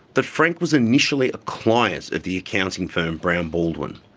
that frank was initially a client of the accounting firm, brown baldwin.